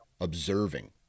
observing